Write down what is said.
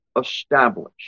Established